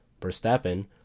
Verstappen